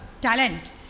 talent